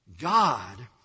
God